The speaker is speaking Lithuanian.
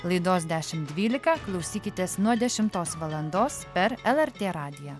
laidos dešimt dvylika klausykitės nuo dešimtos valandos per lrt radiją